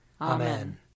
Amen